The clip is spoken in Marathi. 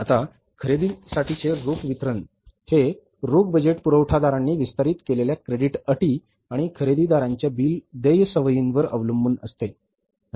आता खरेदीसाठीचे रोख वितरण हे रोख बजेट पुरवठादारांनी विस्तारित केलेल्या क्रेडिट अटी आणि खरेदीदारांच्या बिल देय सवयींवर अवलंबून असते